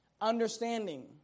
understanding